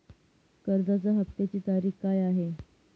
कर्जाचा हफ्त्याची तारीख काय आहे?